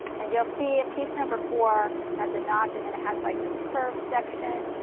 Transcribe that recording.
and you will see a piece number four has a notch and then it has like this curve section.